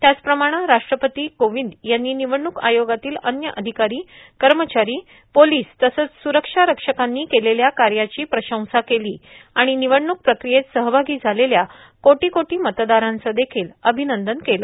त्याचप्रमाणे राष्ट्रपती कोविंद यांनी निवडणूक आयोगातील अन्न्य अधिकारी कर्मचारी पोलीस तसंच सुरक्षा रक्षकांनी केलेल्या कार्याची प्रशंसा केली आणि निवडणूक प्रक्रियेत सहआगी झालेल्या कोटी कोटी मतदारांचे देखील अभिनंदन केलं